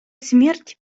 смерть